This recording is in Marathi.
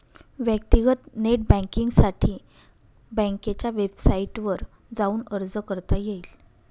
व्यक्तीगत नेट बँकींगसाठी बँकेच्या वेबसाईटवर जाऊन अर्ज करता येईल